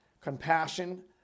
Compassion